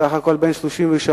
סך הכול בן 33,